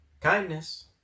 Kindness